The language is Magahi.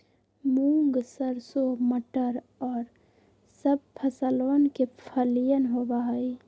मूंग, सरसों, मटर और सब फसलवन के फलियन होबा हई